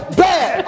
bad